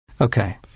Okay